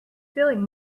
feeling